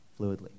fluidly